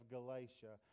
Galatia